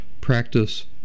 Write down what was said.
practice